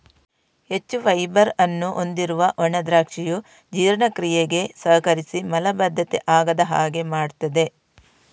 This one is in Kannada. ಹೆಚ್ಚು ಫೈಬರ್ ಅನ್ನು ಹೊಂದಿರುವ ಒಣ ದ್ರಾಕ್ಷಿಯು ಜೀರ್ಣಕ್ರಿಯೆಗೆ ಸಹಕರಿಸಿ ಮಲಬದ್ಧತೆ ಆಗದ ಹಾಗೆ ಮಾಡ್ತದೆ